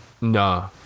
Nah